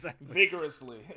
vigorously